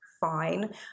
fine